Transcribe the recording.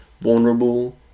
vulnerable